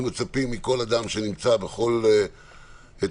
אנחנו מצפים מכל אדם שנמצא בכל תפקיד,